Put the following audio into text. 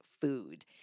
food